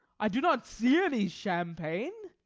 i do not see any champagne.